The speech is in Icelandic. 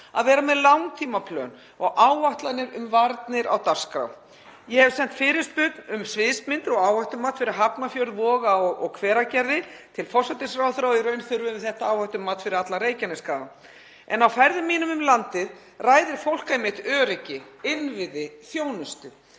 að vera með langtímaplön og áætlanir um varnir á dagskrá. Ég hef sent fyrirspurn um sviðsmynd og áhættumat fyrir Hafnarfjörð, Voga og Hveragerði til forsætisráðherra og í raun þurfum við þetta áhættumat fyrir allar Reykjanesskagann. Á ferðum mínum um landið ræðir fólk einmitt öryggi, innviði, þjónustu.